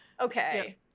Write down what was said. okay